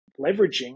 leveraging